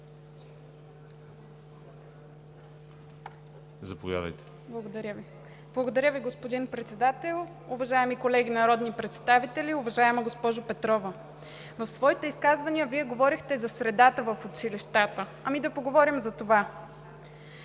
(БСП за България): Благодаря Ви, господин Председател. Уважаеми колеги народни представители, уважаема госпожо Петрова! В своите изказвания Вие говорихте за средата в училищата. Ами, да поговорим за това.